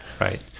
right